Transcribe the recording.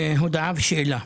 הודעה ושאלה.